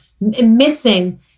missing